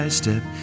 step